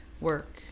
work